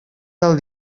del